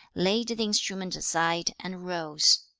laid the instrument aside, and rose.